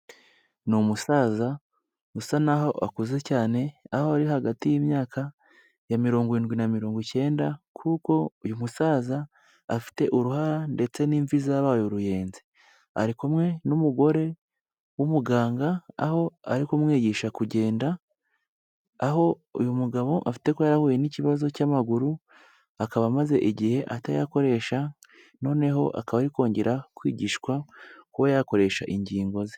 Ni umusaza usa naho akuze cyane aho ari hagati y'imyaka yaro irindwi na mirongo icyenda kuko uyu musaza afite uruhara ndetse n'imvi zabaye uruyenzi. Ari kumwe n'umugore w'umuganga aho ari kumwigisha kugenda, aho uyu mugabo afite kuba yarahuye n'ikibazo cy'amaguru akaba amaze igihe atayakoresha noneho akaba ari kongera kwigishwa kuba yakoresha ingingo ze.